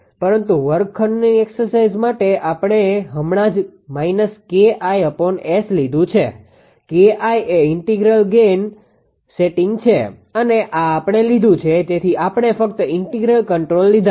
પરંતુ વર્ગખંડની એકસરસાઈઝ માટે આપણે હમણાં જ −𝐾𝐼𝑆 લીધું છે 𝐾𝐼 એ ઇન્ટિગ્રલ ગેઇન સેટિંગ છે અને આ આપણે લીધું છે તેથી આપણે ફક્ત ઇન્ટિગ્રલ કંટ્રોલર લીધા છે